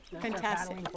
Fantastic